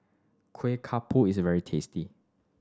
kuih is very tasty